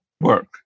Work